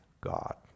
God